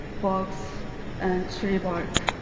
bugs and tree bark.